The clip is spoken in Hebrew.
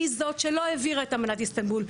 היא זאת שלא העבירה את אמנת איסטנבול,